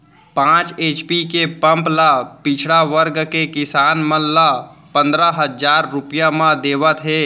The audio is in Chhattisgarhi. पांच एच.पी के पंप ल पिछड़ा वर्ग के किसान मन ल पंदरा हजार रूपिया म देवत हे